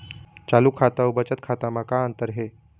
चालू खाता अउ बचत खाता म का अंतर हे?